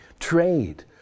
trade